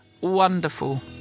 wonderful